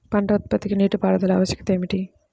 పంట ఉత్పత్తికి నీటిపారుదల ఆవశ్యకత ఏమిటీ?